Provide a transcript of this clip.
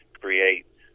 create